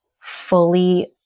fully